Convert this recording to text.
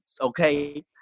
okay